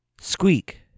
Squeak